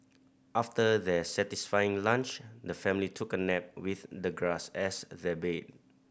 after their satisfying lunch the family took a nap with the grass as their bed